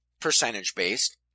percentage-based